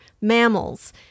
mammals